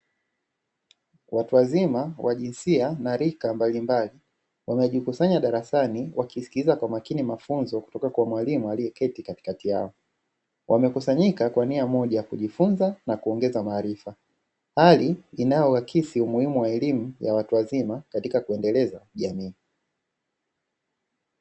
Watu wazima wa jinsia na rika mbalimbali, wamejikusanya darasani wakiskiliza kwa makini mafunzo kutoka kwa mwalimu aliyeketi katikati yao. Wamekusanyika kwa nia moja ya kujifunza na kuongeza maarifa, hali inayoakisi umuhimu wa elimu ya watu wazima katika kuendeleza jamii.